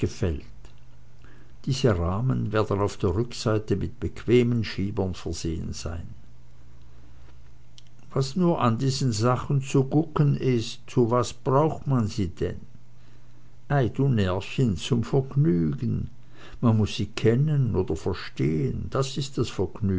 gefällt diese rahmen werden auf der rückseite mit bequemen schiebern versehen sein was nur an diesen sachen zu gucken ist zu was braucht man sie denn ei du närrchen zum vergnügen man muß sie kennen oder verstehen das ist das